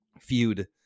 feud